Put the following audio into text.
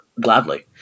Gladly